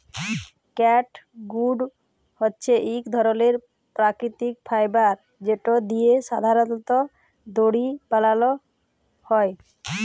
catgut হছে ইক ধরলের পাকিতিক ফাইবার যেট দিঁয়ে সাধারলত দড়ি বালাল হ্যয়